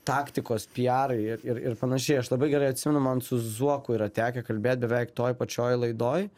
taktikos pijarai ir ir ir panašiai aš labai gerai atsimenu man su zuoku yra tekę kalbėt beveik toj pačioj laidoj